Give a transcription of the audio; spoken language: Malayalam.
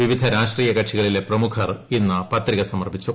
വിവിധ രാഷ്ട്രീയ കക്ഷികളിലെ പ്രമുഖർ ഇന്ന് പത്രിക സമർപ്പിച്ചു